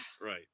right